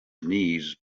knees